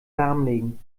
lahmlegen